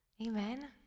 Amen